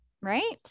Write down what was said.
right